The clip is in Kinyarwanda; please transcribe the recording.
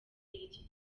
iki